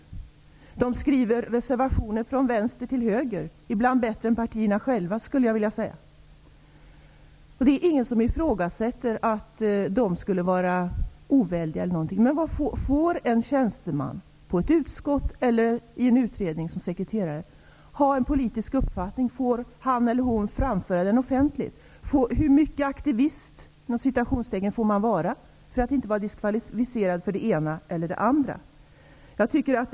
Handläggarna skriver reservationer från både vänster och högerkanten, ibland bättre än partierna själva. Det är ingen som ifrågasätter handläggarnas oväldighet. Får en tjänsteman i ett utskott eller i en utredning som sekreterare ha en politisk uppfattning? Får han eller hon framföra den offentligt? Hur mycket av ''aktivist'' får man vara för att inte diskvalificeras för det ena eller andra uppdraget?